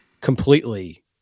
completely